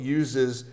uses